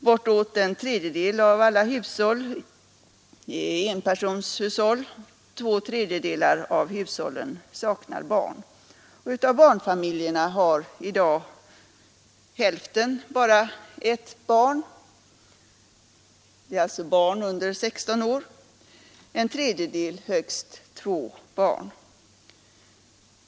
Bortåt en tredjedel av alla hushåll är enpersonshushåll, och två tredjedelar av hushållen saknar barn, Av barnfamiljerna har i dag hälften bara ett barn — det är alltså här fråga om barn under 16 år — och en tredjedel har högst två barn.